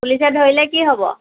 পুলিচে ধৰিলে কি হ'ব